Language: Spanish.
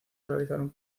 realizaron